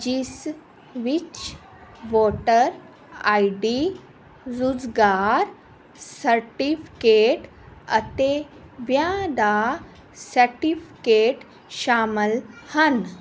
ਜਿਸ ਵਿੱਚ voter ID ਰੁਜ਼ਗਾਰ ਸਰਟੀਫਿਕੇਟ ਅਤੇ ਵਿਆਹ ਦਾ ਸਰਟੀਫਿਕੇਟ ਸ਼ਾਮਲ ਹਨ